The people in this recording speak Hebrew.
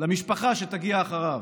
למשפחה שתגיע אחריו,